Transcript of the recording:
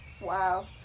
Wow